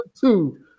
two